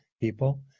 people